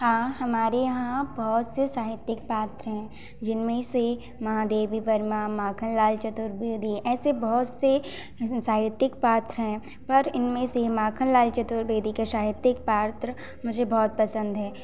हाँ हमारे यहाँ बहुत से साहित्यिक पात्र हैं जिन में से महादेवी वर्मा माखनलाल चतुर्वेदी ऐसे बहुत से साहित्यिक पात्र हैं पर इन में से माखनलाल चतुर्वेदी का साहित्यिक पात्र मुझे बहुत पसंद है